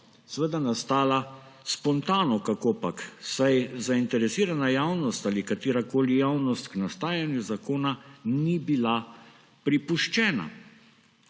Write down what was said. seveda nastala spontano, kakopak, saj zainteresirana javnost ali katerakoli javnost k nastajanju zakona ni bila pripuščena.